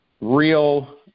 real